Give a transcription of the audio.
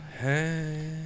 Hey